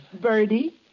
Birdie